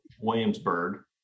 williamsburg